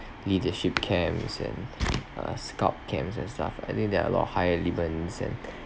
leadership camps and uh scout camps and stuff I think there are a lot of high elements and